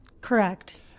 Correct